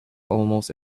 almost